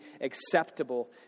acceptable